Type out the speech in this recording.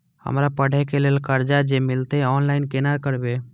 हमरा पढ़े के लेल कर्जा जे मिलते ऑनलाइन केना करबे?